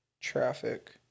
traffic